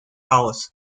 aus